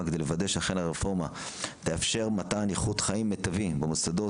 כדי לוודא שאכן הרפורמה תאפשר מתן איכות חיים מיטבית במוסדות,